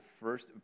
first